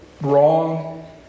wrong